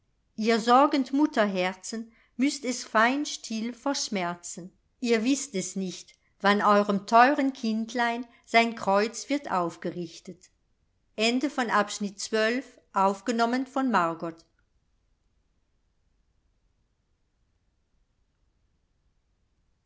ihr sorgend mutterherzen müßt es fein still verschmerzen ihr wißt es nicht wann eurem teuren kindlein sein kreuz wird aufgericht't